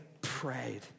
prayed